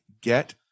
get